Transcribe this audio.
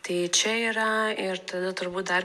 tai čia yra ir tada turbūt dar